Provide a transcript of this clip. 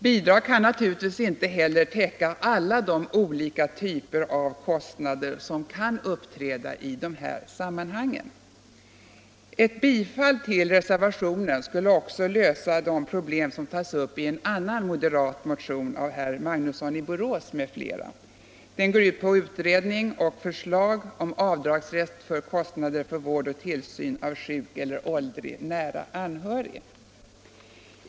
Bidrag kan na = skatteförmåga turligtvis inte heller täcka alla de olika typer av kostnader som kan uppträda i dessa sammanhang. Ett bifall till reservationen skulle också lösa de problem som tas upp i en annan moderat motion av herr Magnusson i Borås m.fl. Den går ut på utredning och förslag om avdragsrätt för kostnader vid vård och tillsyn av sjuk eller åldrig nära anhörig.